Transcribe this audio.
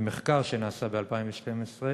במחקר שנעשה ב-2012,